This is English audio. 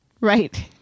Right